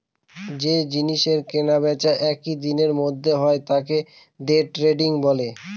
যে জিনিসের কেনা বেচা একই দিনের মধ্যে হয় তাকে দে ট্রেডিং বলে